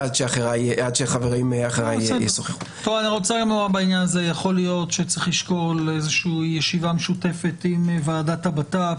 יכול להיות שצריך לשקול איזושהי ישיבה משותפת עם ועדת הבט"פ,